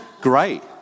great